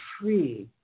free